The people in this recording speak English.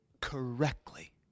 correctly